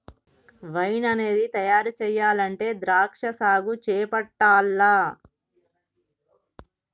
wine అనేది తయారు చెయ్యాలంటే ద్రాక్షా సాగు చేపట్టాల్ల